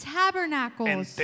tabernacles